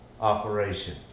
operation